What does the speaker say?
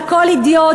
על כל "אידיוט".